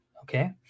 okay